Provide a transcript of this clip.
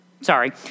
Sorry